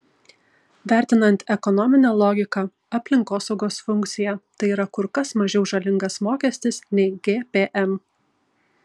vertinant ekonominę logiką aplinkosaugos funkciją tai yra kur kas mažiau žalingas mokestis nei gpm